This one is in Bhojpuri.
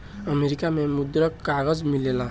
अमेरिका में मुद्रक कागज मिलेला